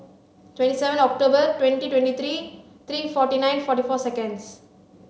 twenty seven October twenty twenty three three forty nine forty four seconds